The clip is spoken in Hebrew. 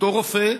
ואותו רופא,